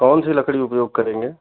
कौन सी लकड़ी का उपयोग करेंगे